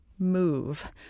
move